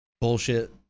bullshit